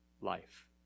life